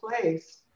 place